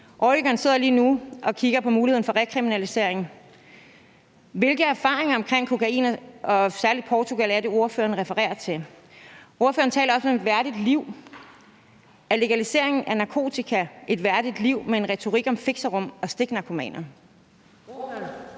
Oregon sidder lige nu og kigger på muligheden for rekriminalisering. Hvilke erfaringer omkring kokain og særlig Portugal er det, ordføreren refererer til? Ordføreren taler også om et værdigt liv. Er legalisering af narkotika noget, der giver et værdigt liv, med en retorik om fixerum og stiknarkomaner? Kl.